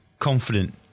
confident